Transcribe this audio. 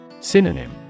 Synonym